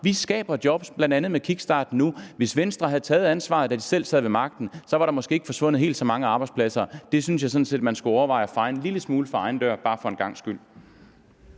Vi skaber job med bl.a. kickstart nu. Hvis Venstre havde taget ansvaret, da de selv sad ved magten, var der måske ikke forsvundet helt så mange arbejdspladser. Jeg synes sådan set, man for en gangs skyld skulle overveje en lille smule at feje for sin egen dør.